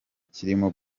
kirimo